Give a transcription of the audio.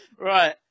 Right